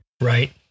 Right